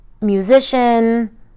musician